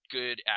good